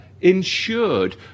Insured